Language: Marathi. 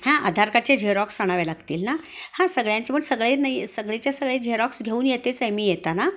हा आधार कार्डच्या झेरॉक्स आणाव्या लागतील ना हां सगळ्यांचे पण सगळे नाही सगळेच्या सगळे झेरॉक्स घेऊन येतेच आहे मी येताना